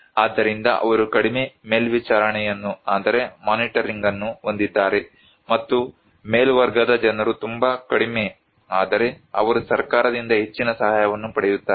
ಆದ್ದರಿಂದ ಅವರು ಕಡಿಮೆ ಮೇಲ್ವಿಚಾರಣೆಯನ್ನು ಹೊಂದಿದ್ದಾರೆ ಮತ್ತು ಮೇಲ್ವರ್ಗದ ಜನರು ತುಂಬಾ ಕಡಿಮೆ ಆದರೆ ಅವರು ಸರ್ಕಾರದಿಂದ ಹೆಚ್ಚಿನ ಸಹಾಯವನ್ನು ಪಡೆಯುತ್ತಾರೆ